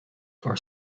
our